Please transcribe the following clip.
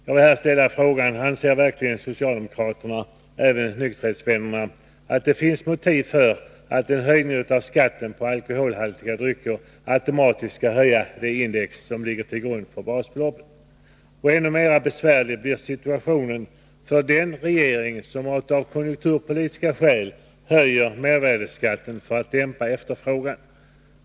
Jag vill här ställa frågan: Anser verkligen socialdemokraterna — även nykterhetsvännerna — att det finns motiv för att en höjning av skatten på alkoholhaltiga drycker automatiskt skall höja det index som ligger till grund för basbeloppet? Ännu mera besvärlig blir situationen för den regering som av konjunkturpolitiska skäl höjer mervärdeskatten för att dämpa efterfrågan.